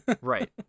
Right